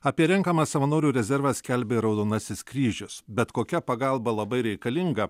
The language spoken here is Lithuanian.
apie renkamą savanorių rezervą skelbė raudonasis kryžius bet kokia pagalba labai reikalinga